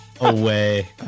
away